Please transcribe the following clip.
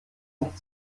uns